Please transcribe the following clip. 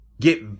get